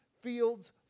fields